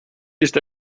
ist